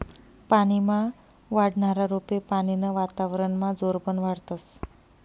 पानीमा वाढनारा रोपे पानीनं वातावरनमा जोरबन वाढतस